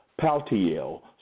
Paltiel